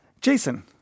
Jason